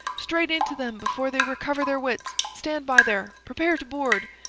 straight into them before they recover their wits. stand by, there! prepare to board!